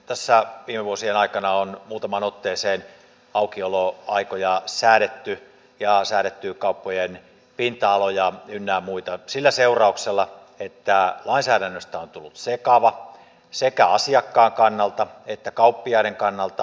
tässä viime vuosien aikana on muutamaan otteeseen aukioloaikoja säädetty ja säädetty kauppojen pinta aloja ynnä muita sillä seurauksella että lainsäädännöstä on tullut sekava sekä asiakkaan kannalta että kauppiaiden kannalta